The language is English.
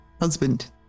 husband